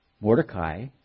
Mordecai